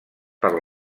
per